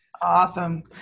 Awesome